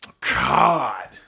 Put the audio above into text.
God